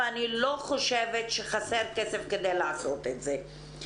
אני לא חושבת שחסר כסף כדי לעשות את זה.